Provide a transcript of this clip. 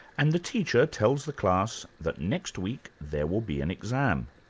and the teacher tells the class that next week there will be an exam.